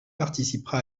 participera